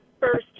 first